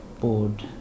board